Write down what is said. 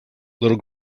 little